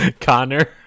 connor